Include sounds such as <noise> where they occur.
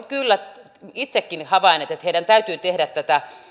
<unintelligible> kyllä itsekin havainneet että heidän täytyy tehdä tätä